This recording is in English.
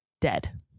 dead